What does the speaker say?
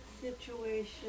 situation